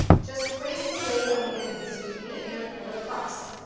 just place the blade on the end of the zucchini and pull it across.